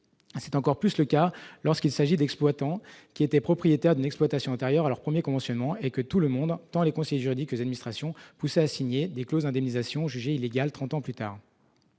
C'est encore plus le cas lorsqu'il s'agit d'exploitants qui étaient propriétaires d'une exploitation antérieurement à leur premier conventionnement et que tout le monde- tant leurs conseillers juridiques que les administrations -poussait à signer des clauses d'indemnisation, jugées illégales trente ans plus tard.